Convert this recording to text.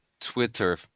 Twitter